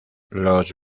los